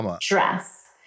dress